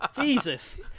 Jesus